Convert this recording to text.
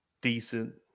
decent